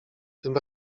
tym